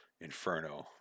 inferno